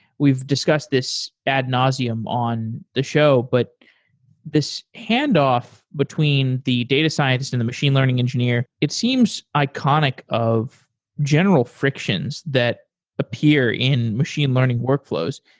we've discussed this ad nauseam on the show, but this handoff between the data scientist and the machine learning engineer, it seems iconic of general frictions that appear in machine learning workflows.